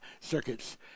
circuits